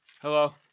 Hello